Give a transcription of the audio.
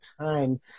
time